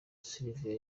sylvie